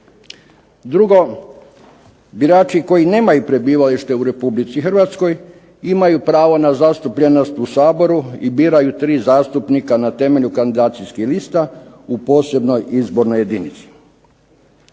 Drugo, birači koji nemaju prebivalište u Republici Hrvatskoj imaju pravo na zastupljenost u Saboru i biraju tri zastupnika na temelju kandidacijskih lista u posebnoj izbornoj jedinici.